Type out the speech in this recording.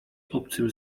obcym